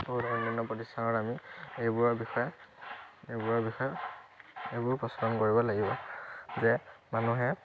বহুতো অন্যান্য প্ৰতিষ্ঠানত আমি এইবোৰৰ বিষয়ে এইবোৰৰ বিষয়ে এইবোৰ প্ৰচলন কৰিব লাগিব যে মানুহে